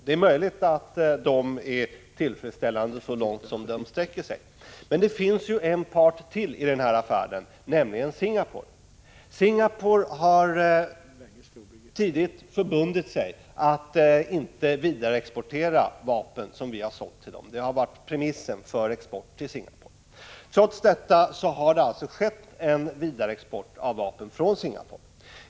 Det är möjligt att de är tillfredsställande så långt som de sträcker sig. Men det finns ju en part till i den här affären, nämligen Singapore. Singapore har tidigt förbundit sig att inte vidareexportera vapen som vi sålt till dem; det har varit premissen för export till Singapore. Trots detta har det alltså skett en vidareförsäljning av vapen från Singapore.